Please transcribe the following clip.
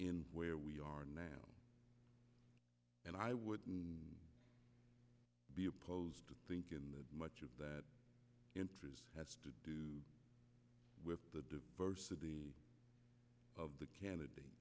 in where we are now and i wouldn't be opposed to thinkin that much of that interest has to do with the first of the candidates